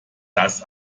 dass